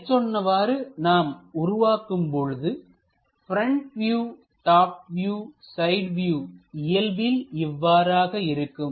மேற்சொன்னவாறு நாம் உருவாக்கும் பொழுது front view top view side view இயல்பில் இவ்வாறாக இருக்கும்